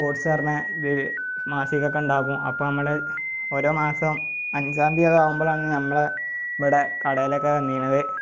sports പറഞ്ഞ ഇത് മാസിക ഒക്കെ ഉണ്ടാകും അപ്പോൾ നമ്മൾ ഓരോ മാസവും അഞ്ചാം തീയ്യതി ഒക്കെ ആവുമ്പോഴാണ് നമ്മളെ ഇവിടെ കടയിലൊക്കെ വന്നിരുന്നത്